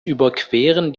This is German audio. überqueren